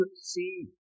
see